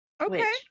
Okay